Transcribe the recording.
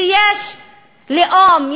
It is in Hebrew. שיש לאום,